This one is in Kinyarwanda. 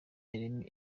yaremye